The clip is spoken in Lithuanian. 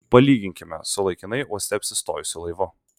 palyginkime su laikinai uoste apsistojusiu laivu